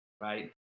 Right